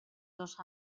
dos